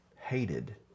hated